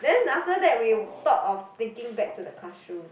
then after that we thought of sneaking back to the classroom